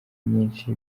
nyinshi